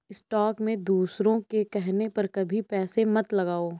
stock में दूसरों के कहने पर कभी पैसे मत लगाओ